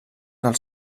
del